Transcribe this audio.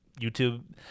YouTube